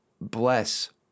bless